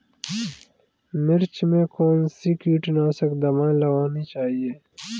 मिर्च में कौन सी कीटनाशक दबाई लगानी चाहिए?